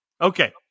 okay